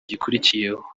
gikurikiyeho